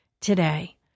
today